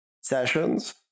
sessions